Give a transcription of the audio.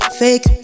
fake